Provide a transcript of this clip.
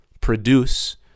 produce